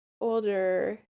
older